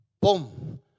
Boom